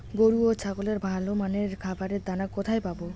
গরু ও ছাগলের ভালো মানের খাবারের দানা কোথায় পাবো?